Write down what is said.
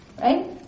Right